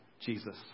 Jesus